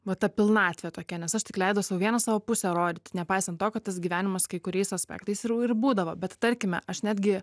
va ta pilnatvė tokia nes aš tik leidau sau vieną savo pusę rodyti nepaisant to kad tas gyvenimas kai kuriais aspektais ir ir būdavo bet tarkime aš netgi